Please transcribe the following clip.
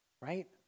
right